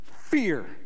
Fear